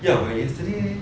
yeah but yesterday